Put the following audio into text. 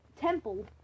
Temple